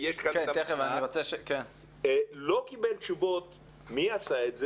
לא נתן תשובות מי עשה,